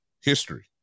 History